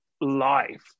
life